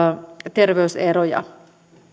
terveyseroja